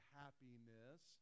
happiness